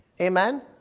Amen